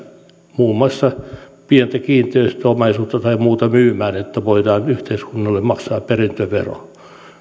muun muassa pientä kiinteistöomaisuutta tai muuta myymään että voidaan yhteiskunnalle maksaa perintövero